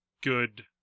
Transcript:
good